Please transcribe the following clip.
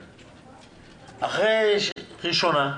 אחרי קריאה ראשונה,